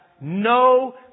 No